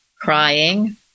crying